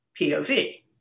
POV